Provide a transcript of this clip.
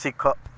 ଶିଖ